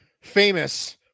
famous